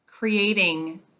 creating